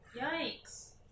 yikes